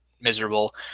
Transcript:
miserable